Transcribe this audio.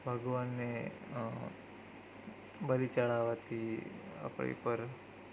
ભગવાનને બલી ચડાવાથી આપણી પર